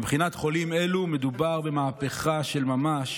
מבחינת חולים אלה מדובר במהפכה של ממש.